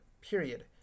period